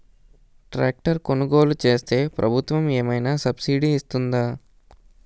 Tractor కొనుగోలు చేస్తే ప్రభుత్వం ఏమైనా సబ్సిడీ ఇస్తుందా?